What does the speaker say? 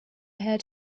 heard